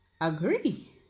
agree